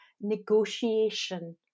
negotiation